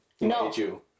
no